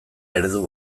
eredu